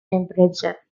temperature